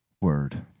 Word